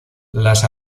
las